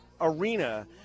arena